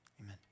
amen